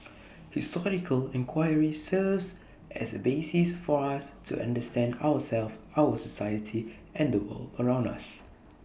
historical enquiry serves as A basis for us to understand ourselves our society and the world around us